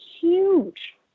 huge